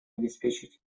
обеспечить